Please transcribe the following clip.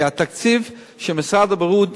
כי התקציב שמשרד הבריאות